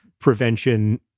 prevention